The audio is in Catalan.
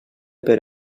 per